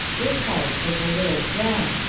this house was a little gem,